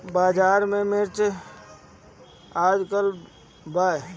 बाजार में मिर्च आज का बा?